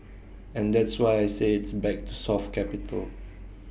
and that's why I say it's back to soft capital